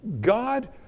God